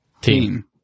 team